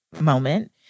moment